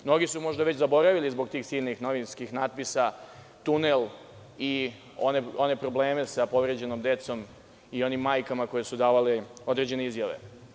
Mnogi su možda već zaboravili zbog tih silnih novinskih natpisa tunel i one probleme sa povređenom decom i onim majkama koje su davale određene izjave.